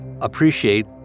appreciate